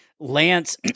Lance